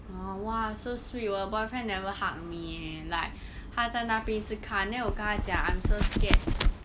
orh !wah! so sweet 我 boyfriend never hug me eh like 他在那边一直看 then 我跟他讲 I'm so scared